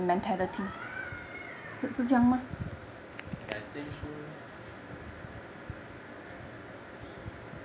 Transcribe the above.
ya I think so